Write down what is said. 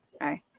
right